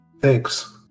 thanks